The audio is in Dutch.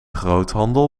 groothandel